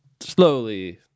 slowly